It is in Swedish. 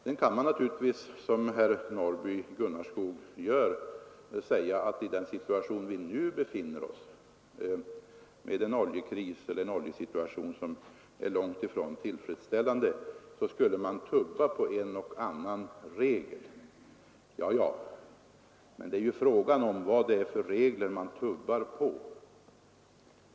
Sedan kan man naturligtvis som herr Norrby i Gunnarskog säga, att i det läge vi nu befinner oss och med en oljesituation som är långtifrån tillfredsställande skulle man kunna tumma på en och annan regel. Ja, men frågan gäller vilka regler man tummar på.